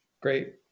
Great